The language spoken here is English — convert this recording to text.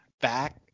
back